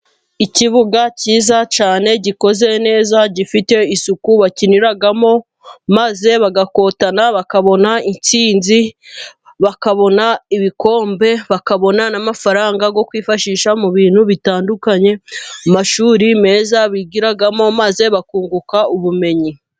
Ikibuga cyiza cyane gikoze neza gifite isuku, bakiniramo maze bagakotana bakabona intsinzi, bakabona ibikombe, bakabona n'amafaranga yo kwifashisha mu bintu bitandukanye, mu mashuri meza bigiramo maze bakunguka ubumenyi.